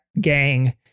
gang